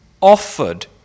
offered